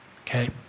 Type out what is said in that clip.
Okay